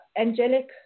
angelic